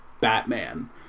Batman